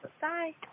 bye